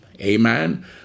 amen